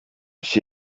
she